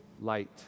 light